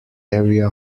area